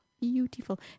beautiful